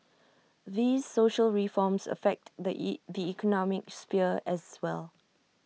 these social reforms affect the E the economic sphere as well